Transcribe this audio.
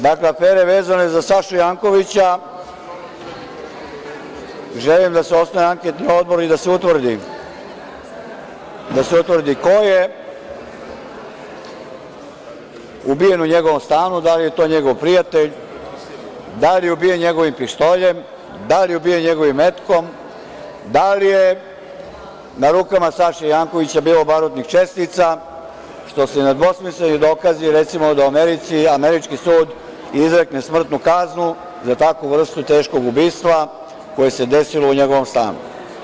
Dakle, afere vezane za Sašu Jankovića, želim da se osnuje anketni odbor i da se utvrdi ko je ubijen u njegovom stanu, da li je to njegov prijatelj, da li je ubijen njegovim pištoljem, da li je ubijen njegovim metkom, da li je na rukama Saše Jankovića bilo barutnih čestica, što su nedvosmisleni dokazi da, recimo, u Americi američki sud izrekne smrtnu kaznu za takvu vrstu teškog ubistva koje se desilo u njegovom stanu.